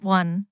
one